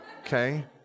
Okay